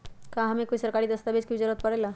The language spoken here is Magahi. का हमे कोई सरकारी दस्तावेज के भी जरूरत परे ला?